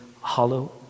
hollow